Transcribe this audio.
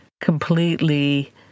completely